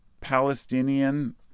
Palestinian